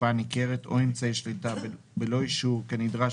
השפעה ניכרת או אמצעי שליטה בלא אישור כנדרש